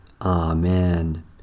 Amen